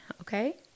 Okay